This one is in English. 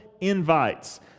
invites